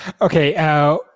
Okay